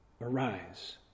arise